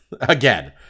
Again